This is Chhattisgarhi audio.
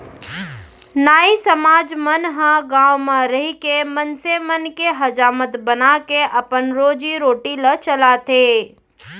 नाई समाज मन ह गाँव म रहिके मनसे मन के हजामत बनाके अपन रोजी रोटी ल चलाथे